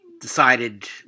decided